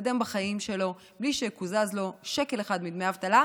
להתקדם בחיים שלו בלי שיקוזז לו שקל אחד מדמי האבטלה,